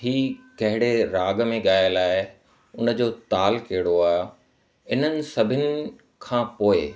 ई कहिड़े राॻ में ॻायल आहे हुनजो ताल कहिड़ो आहे इन्हनि सभिनिनि खां पोइ